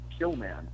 Killman